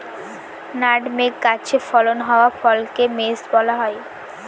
nutmeg গাছে ফলন হওয়া ফলকে মেস বলা হয়